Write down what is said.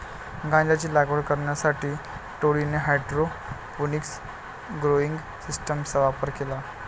गांजाची लागवड करण्यासाठी टोळीने हायड्रोपोनिक्स ग्रोइंग सिस्टीमचा वापर केला